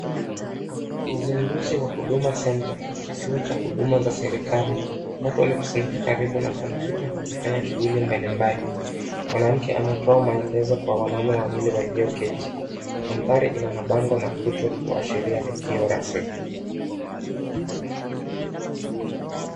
Uzinduzi wa Huduma Center, kituo cha huduma za serikali, watu wamekusanyika karibu na kompyuta wakifanya shughuli mbalimbali, mwanamke anatoa maelezo kwa wanaume wawili walioketi, mandhali ina mabango na puto kuashiria tukio rasmi.